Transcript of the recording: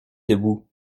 debout